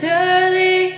early